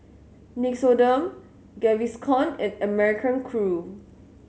Nixoderm Gaviscon and American Crew